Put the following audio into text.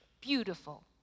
beautiful